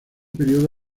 periodo